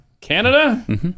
Canada